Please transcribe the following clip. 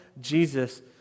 Jesus